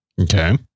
Okay